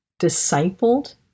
discipled